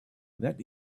that